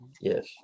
Yes